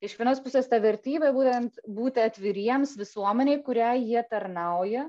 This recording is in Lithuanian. iš vienos pusės ta vertybė būtent būti atviriems visuomenei kuriai jie tarnauja